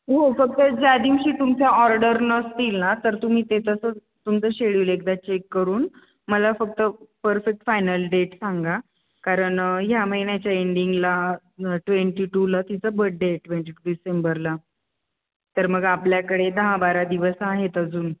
हो फक्त ज्या दिवशी तुमचा ऑर्डर नसतील ना तर तुम्ही ते तसं तुमचं शेड्यूल एकदा चेक करून मला फक्त परफेक्ट फायनल डेट सांगा कारण ह्या महिन्याच्या एंडिंगला ट्वेंटी टूला तिचं बड्डे आहे ट्वेंटी टू डिसेंबरला तर मग आपल्याकडे दहा बारा दिवस आहेत अजून